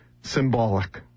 symbolic